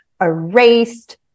erased